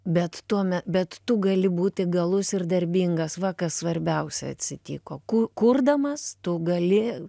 bet tuome bet tu gali būt įgalus ir darbingas va kas svarbiausia atsitiko ku kurdamas tu gali